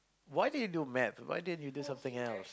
what did you do maths why didn't you do something else